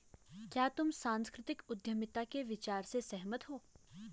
क्या तुम सांस्कृतिक उद्यमिता के विचार से सहमत हो?